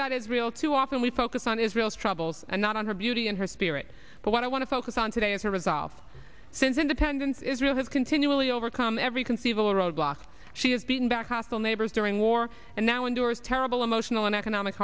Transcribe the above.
about israel too often we focus on israel's troubles and not on her beauty and her spirit but what i want to focus on today is her resolve since independence israel has continually overcome every conceivable roadblock she has been back hostile neighbors during war and now endures terrible emotional and economic